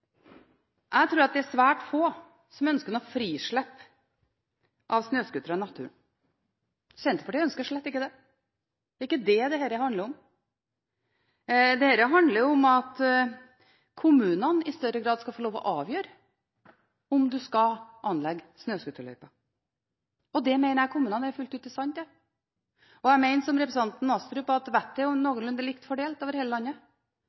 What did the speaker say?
Jeg tror at det er svært få som ønsker noe frislipp av snøscootere i naturen. Senterpartiet ønsker slett ikke det. Det er ikke det dette handler om. Dette handler om at kommunene i større grad skal få lov å avgjøre om en skal anlegge snøscooterløyper. Det mener jeg kommunene er fullt ut i stand til. Og jeg mener, som representanten Astrup, at vettet er noenlunde likt fordelt over hele landet,